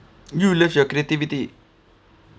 you love your creativity